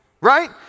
Right